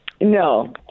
No